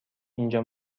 اینجا